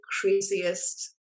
craziest